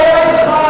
שלך,